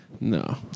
no